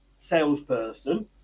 salesperson